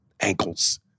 ankles